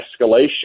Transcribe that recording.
escalation